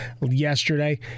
yesterday